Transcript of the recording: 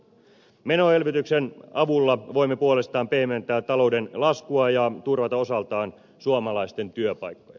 menoelvytyksen avulla voimme puolestaan pehmentää talouden laskua ja turvata osaltaan suomalaisten työpaikkoja